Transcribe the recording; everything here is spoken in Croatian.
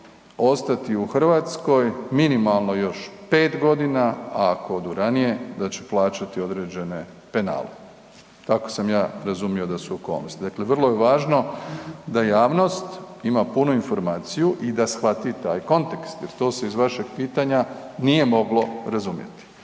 ostati u Hrvatskoj minimalno još 5 godina, a ako odu ranije da će plaćati određene penale, tako sam ja razumio da su okolnosti. Dakle, vrlo je važno da javnost ima punu informaciju i da shvati taj kontekst jer to se iz vašeg pitanja nije moglo razumjeti.